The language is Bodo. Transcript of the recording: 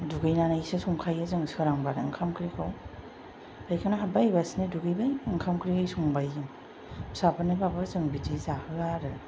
दुगैनानैसो संखायो जों सोरांब्लानो ओंखाम ओंख्रिखौ फाइखाना हाब्बाय ओइबासिनो दुगैबाय ओंखाम ओंख्रि संबाय जों फिसाफोरनोब्लाबो जों बिदि जाहोआ आरो